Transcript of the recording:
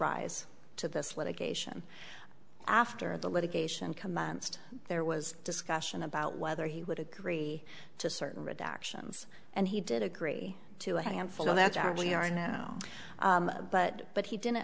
rise to this litigation after the litigation commenced there was discussion about whether he would agree to certain redactions and he did agree to a handful that generally are now but but he didn't